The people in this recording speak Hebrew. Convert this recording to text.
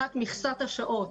מכסת השעות